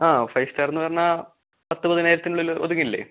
ആ five star എന്ന് പറഞ്ഞാൽ പത്ത് പതിനായിരത്തിന് ഉള്ളിൽ ഒതുങ്ങില്ലെ